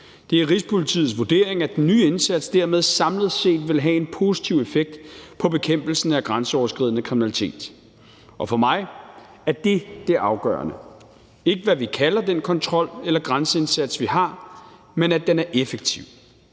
Det er Rigspolitiets vurdering, at den nye indsats dermed samlet set vil have en positiv effekt på bekæmpelsen af grænseoverskridende kriminalitet, og for mig er det det afgørende. Det er ikke, hvad vi kalder den kontrol eller grænseindsats, vi har, men at den er effektiv.